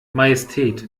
majestät